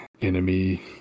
enemy